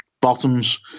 bottoms